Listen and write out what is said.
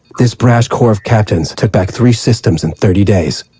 this brash core of captains took back three systems in thirty days.